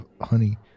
honey